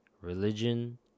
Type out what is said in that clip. religion